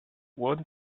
one